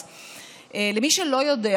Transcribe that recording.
מי שלא יודע,